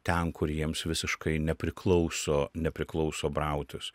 ten kur jiems visiškai nepriklauso nepriklauso brautis